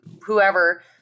whoever